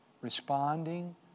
responding